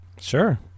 Sure